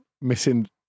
missing